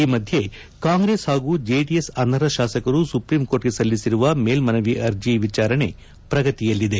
ಈ ಮಧ್ಯೆ ಕಾಂಗ್ರೆಸ್ ಹಾಗೂ ಜೆಡಿಎಸ್ ಅನರ್ಹ ಶಾಸಕರು ಸುಪ್ರೀಂಕೋರ್ಟಿಗೆ ಸಲ್ಲಿಸಿರುವ ಮೇಲ್ಮನವಿ ಅರ್ಜಿ ವಿಚಾರಣೆ ಪ್ರಗತಿಯಲ್ಲಿದೆ